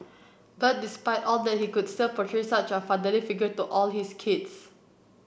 but despite all that he could still portray such a fatherly figure to all his kids